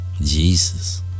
Jesus